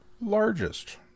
largest